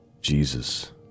Jesus